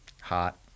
hot